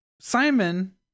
Simon